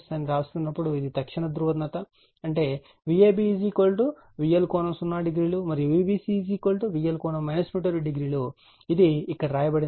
అని వ్రాస్తున్నప్పుడు ఇది తక్షణ ధ్రువణత అంటే Vab VL ∠ 00 మరియు Vbc VL ∠ 1200 ఇది ఇక్కడ వ్రాయబడినది